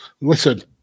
Listen